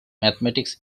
mathematics